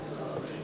נא לשבת.